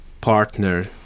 partner